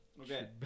Okay